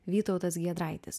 vytautas giedraitis